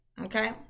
Okay